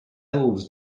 elves